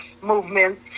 movement